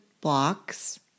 blocks